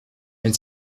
wenn